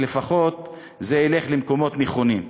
ולפחות זה ילך למקומות נכונים.